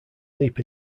leap